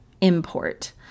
import